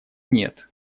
нет